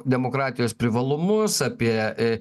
demokratijos privalumus apie